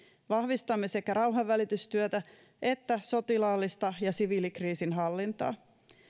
vahvistamme sekä rauhanvälitystyötä että sotilaallista ja siviilikriisinhallintaa